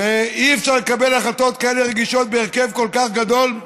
אי-אפשר לקבל החלטות רגישות כאלה בהרכב כל כך גדול.